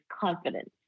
confidence